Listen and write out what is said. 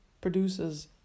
produces